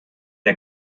der